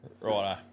right